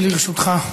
לרשותך.